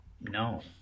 No